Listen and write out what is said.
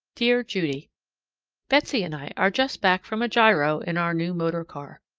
dear judy betsy and i are just back from a giro in our new motor car.